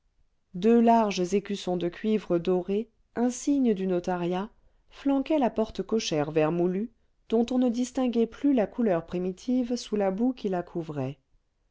deux larges écussons de cuivre doré insignes du notariat flanquaient la porte cochère vermoulue dont on ne distinguait plus la couleur primitive sous la boue qui la couvrait